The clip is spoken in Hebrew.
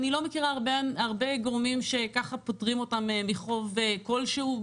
אני לא מכירה הרבה גורמים שככה פוטרים אותם מחוב כלשהו,